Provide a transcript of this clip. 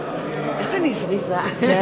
ההסתייגות, 58